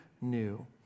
new